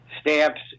stamps